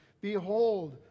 behold